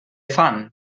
fan